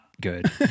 good